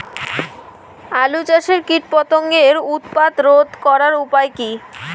আলু চাষের কীটপতঙ্গের উৎপাত রোধ করার উপায় কী?